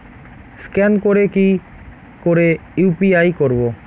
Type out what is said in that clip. Scan করে কি করে ইউ.পি.আই করবো?